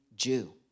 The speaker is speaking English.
Jew